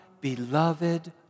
beloved